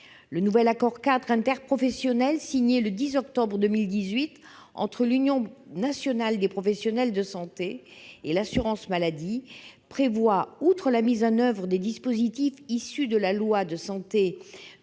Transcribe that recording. Le nouvel accord-cadre interprofessionnel, signé le 10 octobre 2018 entre l'Union nationale des professionnels de santé et l'assurance maladie, prévoit, outre la mise en oeuvre des dispositifs issus de la loi du 26